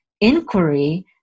inquiry